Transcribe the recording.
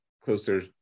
closer